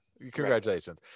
congratulations